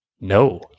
No